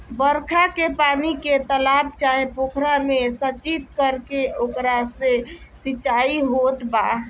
बरखा के पानी के तालाब चाहे पोखरा में संचित करके ओकरा से सिंचाई होत बा